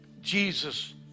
Jesus